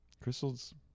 Crystal's